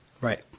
right